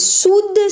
sud